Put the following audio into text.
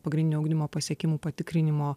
pagrindinio ugdymo pasiekimų patikrinimo